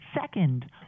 Second